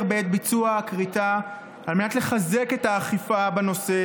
בעת ביצוע הכריתה על מנת לחזק את האכיפה בנושא